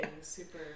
super